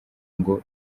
ngo